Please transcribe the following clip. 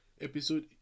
episode